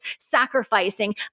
sacrificing